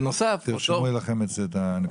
תרשמו לכם את הנקודה הזאת.